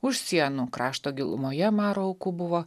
už sienų krašto gilumoje maro aukų buvo